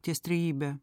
ties trejybe